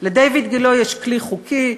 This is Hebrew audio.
לדיויד גילה יש כלי חוקי,